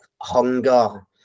hunger